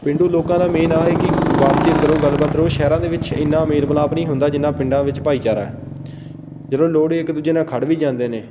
ਪੇਂਡੂ ਲੋਕਾਂ ਦਾ ਮੇਨ ਆਹ ਹੈ ਕਿ ਬਾਤ ਚੀਤ ਕਰੋ ਗੱਲਬਾਤ ਰਹੋ ਸ਼ਹਿਰਾਂ ਦੇ ਵਿੱਚ ਇੰਨਾ ਮੇਲ ਮਿਲਾਪ ਨਹੀਂ ਹੁੰਦਾ ਜਿੰਨਾ ਪਿੰਡਾਂ ਵਿੱਚ ਭਾਈਚਾਰਾ ਜਦੋਂ ਲੋੜ ਹੋਈ ਇੱਕ ਦੂਜੇ ਨਾਲ ਖੜ ਵੀ ਜਾਂਦੇ ਨੇ